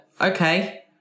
Okay